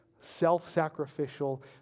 self-sacrificial